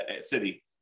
city